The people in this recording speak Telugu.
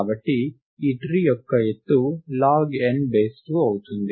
కాబట్టి ఈ ట్రీ యొక్క ఎత్తులాగ్ n బేస్ 2 అవుతుంది